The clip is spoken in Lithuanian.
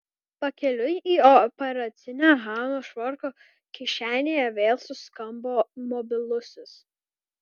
pakeliui į operacinę hanos švarko kišenėje vėl suskambo mobilusis